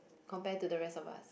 compared to the rest of us